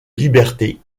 liberté